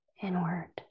inward